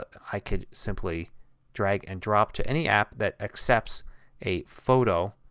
i can simply drag and drop to any app that accepts a photo,